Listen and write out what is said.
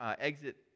exit